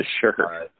Sure